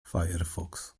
firefox